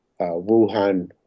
Wuhan